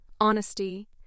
honesty